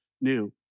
new